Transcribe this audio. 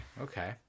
okay